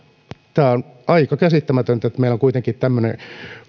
tämä on aika käsittämätöntä että meillä on kuitenkin tämmöinen